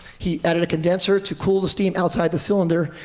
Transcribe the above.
he added a condenser to cool the steam outside the cylinder,